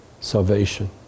salvation